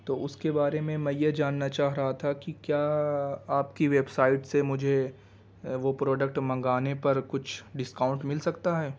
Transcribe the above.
تو اس کے بارے میں میں یہ جاننا چاہ رہا تھا کہ کیا آپ کی ویب سائٹ سے مجھے وہ پروڈکٹ منگانے پر کچھ ڈسکاؤنٹ مل سکتا ہے